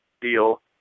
deal